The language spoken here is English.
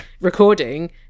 recording